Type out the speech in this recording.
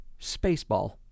Spaceball